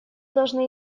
должны